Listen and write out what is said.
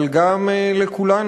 אבל גם לכולנו.